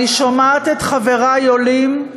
ואני שומעת את חברי עולים,